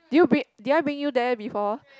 do you bring did I bring you there before